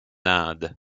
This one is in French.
inde